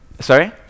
sorry